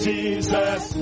Jesus